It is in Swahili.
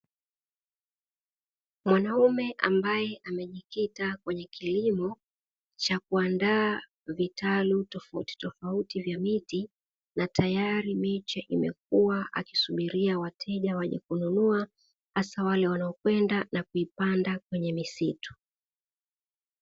Mwanaume ambaye amejikita kwenye kilimo cha kuandaa vitalu tofauti tofauti vya miti na tayari miche imekuwa, akisubiria wateja waje kununua hasa wale wanaokwenda na kuipanda kwenye misitu.